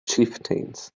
chieftains